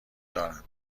دارم